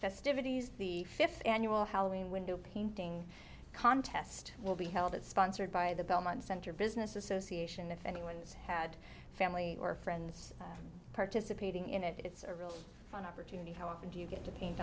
festivities the fifth annual halloween window painting contest will be held at sponsored by the belmont center business association if anyone's had family or friends participating in it it's a real fun opportunity how often do you get to paint